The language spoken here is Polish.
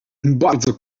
bardzo